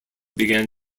began